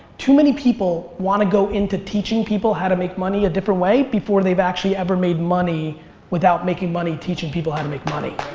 too many people want to go into teaching people how to make money a different way before they've actually ever made money without making money teaching people how to make money.